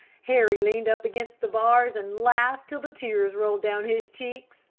harry leaned up against the bars and laughed till the tears rolled down his cheeks,